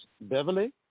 beverly